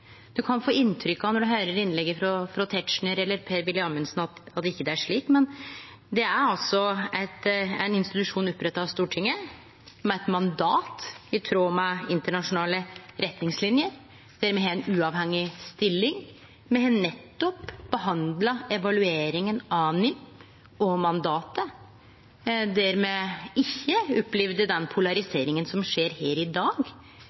at det ikkje er slik. Men det er altså ein institusjon oppretta av Stortinget med eit mandat i tråd med internasjonale retningslinjer, der me har ei uavhengig stilling. Me har nettopp behandla evalueringa av NIM og mandatet, der me ikkje opplevde den polariseringa som skjer her i dag.